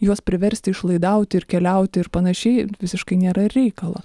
juos priversti išlaidauti ir keliauti ir panašiai visiškai nėra reikalo